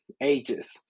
ages